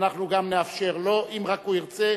אנחנו גם נאפשר לו, אם רק הוא ירצה.